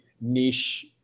niche